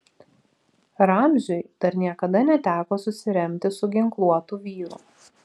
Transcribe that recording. ramziui dar niekada neteko susiremti su ginkluotu vyru